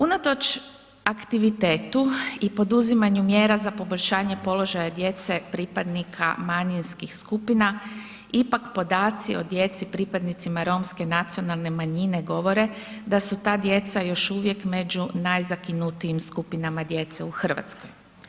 Unatoč aktivitetu i poduzimanju mjera za poboljšanje položaja djece pripadnika manjinskih skupina ipak podaci o djeci pripadnicima romske nacionalne manjine govore da su ta djeca još uvijek među najzakinutijim skupinama djece u Hrvatskoj.